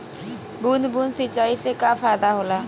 बूंद बूंद सिंचाई से का फायदा होला?